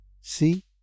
See